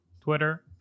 Twitter